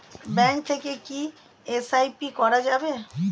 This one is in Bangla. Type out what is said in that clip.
ব্যাঙ্ক থেকে কী এস.আই.পি করা যাবে?